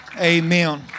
Amen